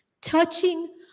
touching